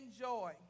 joy